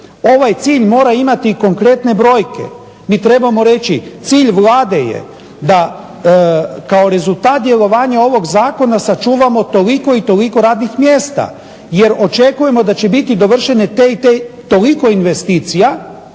Ovaj cilj mora imati konkretne brojke. Mi trebamo reći cilj Vlade je da kao rezultat djelovanja ovog zakona sačuvamo toliko i toliko radnih mjesta, jer očekujemo da će biti dovršene i te i te toliko započetih